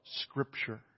Scripture